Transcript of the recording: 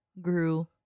grew